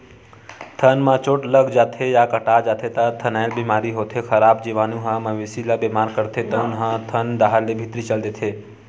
थन म चोट लाग जाथे या कटा जाथे त थनैल बेमारी होथे, खराब जीवानु ह मवेशी ल बेमार करथे तउन ह थन डाहर ले भीतरी चल देथे